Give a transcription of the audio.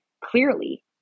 clearly